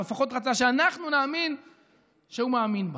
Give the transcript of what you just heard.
או לפחות רצה שאנחנו נאמין שהוא מאמין בה.